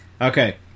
Okay